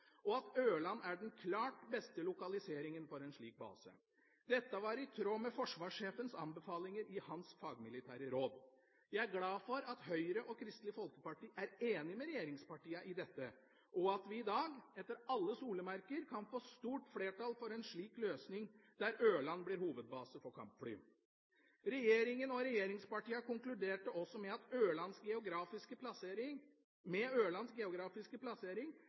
og at Ørland er den klart beste lokaliseringen for en slik base. Dette var i tråd med forsvarssjefens anbefalinger i hans fagmilitære råd. Jeg er glad for at Høyre og Kristelig Folkeparti er enige med regjeringspartiene i dette, og at vi i dag – etter alle solemerker – kan få stort flertall for en slik løsning, der Ørland blir hovedbase for kampfly. Regjeringa og regjeringspartiene konkluderte også med at med Ørlands geografiske plassering